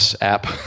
app